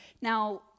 Now